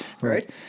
Right